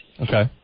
Okay